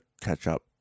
catch-up